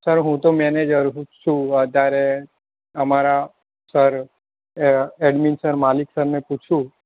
sir હું તો manager છું વધારે અમારા સર એડમીન સર માલિક સરને પૂછું